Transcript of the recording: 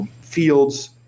Fields